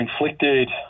inflicted